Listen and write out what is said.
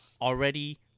already